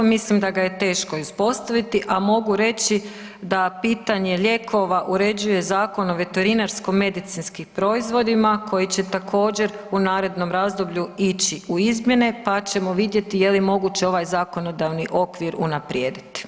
Mislim da ga je teško uspostaviti, a mogu reći da pitanje lijekova uređuje Zakon o veterinarsko-medicinskim proizvodima koji će također u narednom razdoblju ići u izmjene, pa ćemo vidjeti da li je moguće ovaj zakonodavni okvir unaprijediti.